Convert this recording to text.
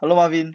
hello marvin